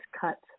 cut